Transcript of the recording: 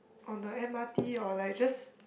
on the M_R_T or like just